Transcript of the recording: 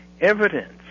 evidence